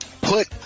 put